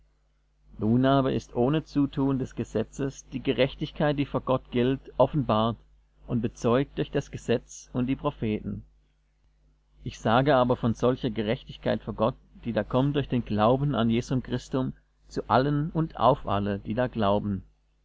nun aber ist ohne zutun des gesetzes die gerechtigkeit die vor gott gilt offenbart und bezeugt durch das gesetz und die propheten ich sage aber von solcher gerechtigkeit vor gott die da kommt durch den glauben an jesum christum zu allen und auf alle die da glauben